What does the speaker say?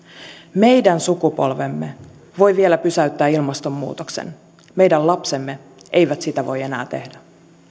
meidän sukupolvemme voi vielä pysäyttää ilmastonmuutoksen meidän lapsemme eivät sitä voi enää tehdä